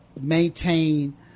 maintain